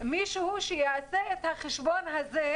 מישהו שיעשה את החשבון הזה,